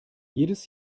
jedes